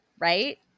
Right